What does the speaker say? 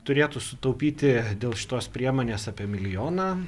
turėtų sutaupyti dėl šitos priemonės apie milijoną